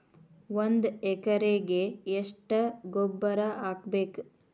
ಒಂದ್ ಎಕರೆಗೆ ಎಷ್ಟ ಗೊಬ್ಬರ ಹಾಕ್ಬೇಕ್?